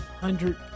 Hundred